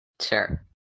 Sure